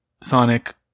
sonic